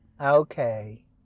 okay